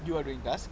you are doing task